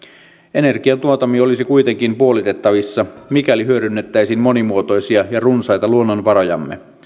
energiantuontimme olisi kuitenkin puolitettavissa mikäli hyödynnettäisiin monimuotoisia ja runsaita luonnonvarojamme